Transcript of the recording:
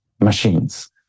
machines